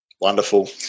Wonderful